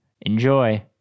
Enjoy